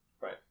Right